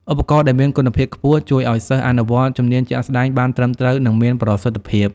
ឧបករណ៍ដែលមានគុណភាពខ្ពស់ជួយឱ្យសិស្សអនុវត្តជំនាញជាក់ស្តែងបានត្រឹមត្រូវ និងមានប្រសិទ្ធភាព។